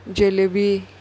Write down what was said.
jalebi